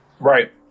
Right